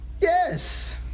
Yes